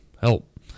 help